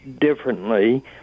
differently